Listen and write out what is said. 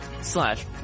slash